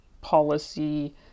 policy